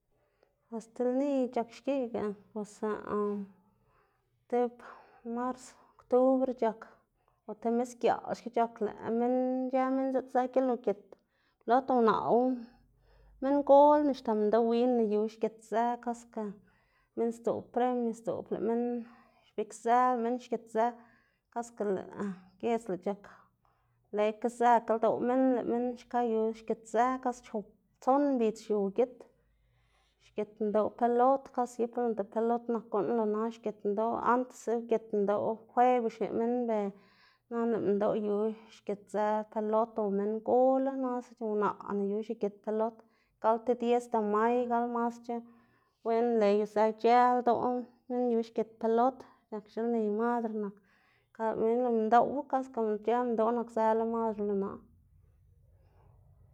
Bos ti lni c̲h̲ak xkiꞌga bos tib mars oktubr c̲h̲ak o ti misgiaꞌl xki c̲h̲ak lëꞌ minn ic̲h̲ë minn ziꞌdzë gilugit, lot unaꞌwu, minngolna axta minndoꞌ winna yu zgitzë kasga minn sdzoꞌn premio sdzoꞌb, lëꞌ minn xbigzë lëꞌ minn xgitzë, kasga lëꞌ giedz ëꞌ c̲h̲ak nlezëkga ldoꞌ minn, lëꞌ minn xka yu xgitzë kase chop tson mbidz xiu ugit, xgit minndoꞌ pelot kaske gibla noꞌnda pelot nak guꞌn lo na xgit minndoꞌ, antesa ugit minndoꞌ kweba xneꞌ minn, ber nana lëꞌ minndoꞌ yu xgitzë pelot o minngol- la mas unaꞌna yu xgit pelot, gal ti dies de may gal masc̲h̲a wen nle yuzë ldoꞌ ic̲h̲ë minn yu xgit pelot, nak xelni madre nak, xka lëꞌ minn minndoꞌwu kaske ic̲h̲ë minndoꞌ nakzëla madre lo na.